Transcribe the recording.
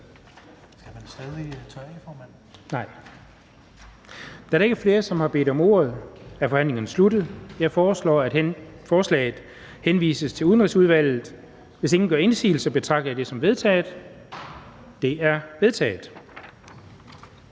Da der ikke er flere, som har bedt om ordet, er forhandlingen sluttet. Jeg foreslår, at forslaget henvises til Udenrigsudvalget. Hvis ingen gør indsigelse, betragter jeg det som vedtaget. Det er vedtaget.